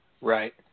Right